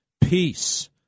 Peace